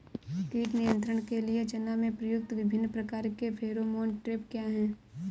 कीट नियंत्रण के लिए चना में प्रयुक्त विभिन्न प्रकार के फेरोमोन ट्रैप क्या है?